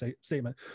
statement